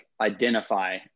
identify